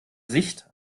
sicht